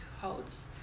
holds